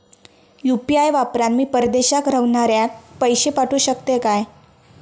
UPI वापरान मी परदेशाक रव्हनाऱ्याक पैशे पाठवु शकतय काय?